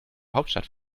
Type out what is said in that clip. hauptstadt